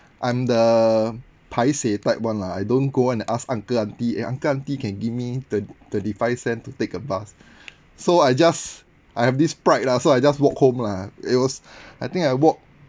I'm the paiseh type [one] lah I don't go and ask uncle auntie eh uncle auntie can give me twen~ twenty five cent to take a bus so I just I have this pride lah so I just walk home lah it was I think I walk